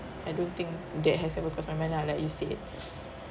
I don't think that has ever passed my mind like you said